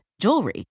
jewelry